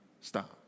stop